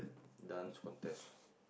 Dance Contest